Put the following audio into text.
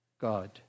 God